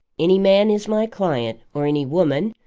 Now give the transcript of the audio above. any man is my client, or any woman,